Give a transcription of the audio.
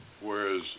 Whereas